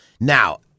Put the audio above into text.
Now